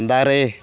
ᱫᱟᱨᱮ